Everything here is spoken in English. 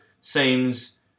seems